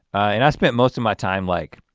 and i spent most of my time like,